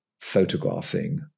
photographing